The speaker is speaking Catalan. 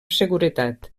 seguretat